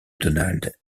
donald